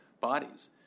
bodies